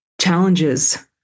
challenges